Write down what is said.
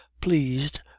pleased